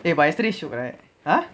!heh! but yesterday shock right !huh!